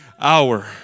hour